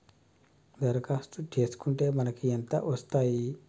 దరఖాస్తు చేస్కుంటే మనకి ఎంత వస్తాయి?